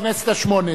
הכנסת השמונה-עשרה.